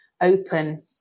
open